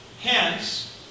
Hence